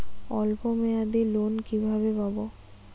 অল্প মেয়াদি লোন কিভাবে পাব?